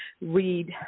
read